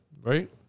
Right